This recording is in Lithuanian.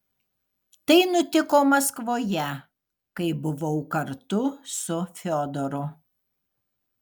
tai nutiko maskvoje kai buvau kartu su fiodoru